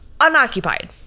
unoccupied